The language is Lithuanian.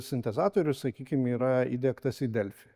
sintezatorius sakykim yra įdiegtas į delfi